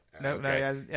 Nope